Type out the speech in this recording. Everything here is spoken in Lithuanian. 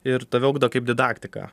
ir tave ugdo kaip didaktiką